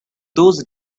those